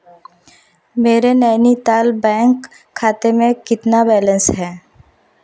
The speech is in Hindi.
मेरे नैनीताल बैंक खाते में कितना बैलेंस है